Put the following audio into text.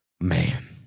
man